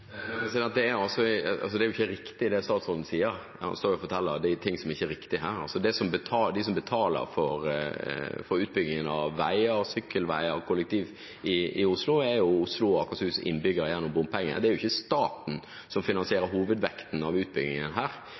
Det er ikke riktig, det statsråden sier, det han står og forteller – det er ting som ikke er riktig her. De som betaler for utbyggingen av veier, sykkelveier og kollektiv i Oslo, er jo Oslos og Akershus’ innbyggere gjennom bompenger. Det er ikke staten som finansierer hovedvekten av utbyggingen her.